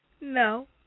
No